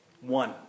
one